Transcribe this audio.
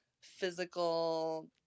physical